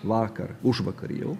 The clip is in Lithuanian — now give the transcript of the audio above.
vakar užvakar jau